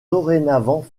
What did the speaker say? dorénavant